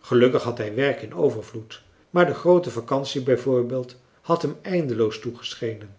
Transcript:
gelukkig had hij werk in overvloed maar de groote vakantie bijvoorbeeld had hem eindeloos toegeschenen